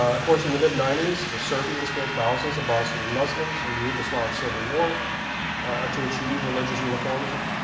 of course, in the mid ninety s the serbians killed thousands of bosnian muslims in the yugoslav civil war ah to achieve religious uniformity,